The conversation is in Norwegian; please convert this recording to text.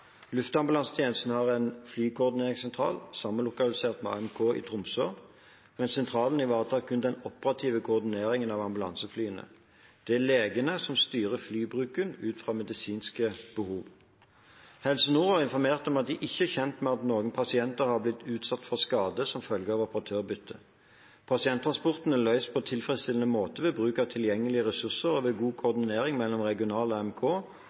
Luftambulansetjenesten har en flykoordineringssentral samlokalisert med AMK i Tromsø, men sentralen ivaretar kun den operative koordineringen av ambulanseflyene. Det er legene som styrer flybruken ut fra medisinske behov. Helse Nord har informert om at de ikke er kjent med at noen pasienter har blitt utsatt for skade som følge av operatørbyttet. Pasienttransporten er løst på tilfredsstillende måte ved bruk av tilgjengelige ressurser og ved god koordinering mellom regional AMK og